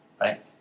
right